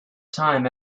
time